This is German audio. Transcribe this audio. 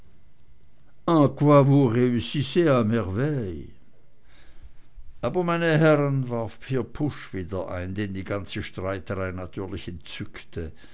aber meine herren warf pusch hier ein den die ganze streiterei natürlich entzückte